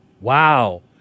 wow